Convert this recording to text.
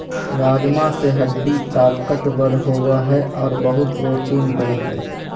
राजमा से हड्डी ताकतबर होबो हइ और बहुत प्रोटीन देय हई